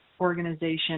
organization